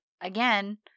again-